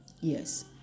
Yes